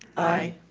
aye.